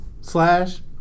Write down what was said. slash